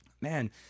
man